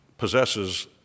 possesses